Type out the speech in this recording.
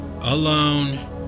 alone